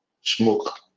smoke